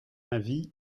avis